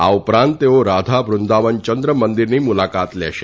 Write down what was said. આ ઉપરાંત તેઓ રાધા વૃંદાવન યંદ્ર મંદિરની મુલાકાત લેશે